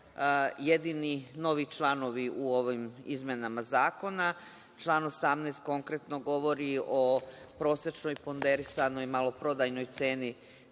jedini novi članovi u ovim izmenama zakona. Član 18. konkretno govori o prosečnoj ponderisanoj maloprodajnoj ceni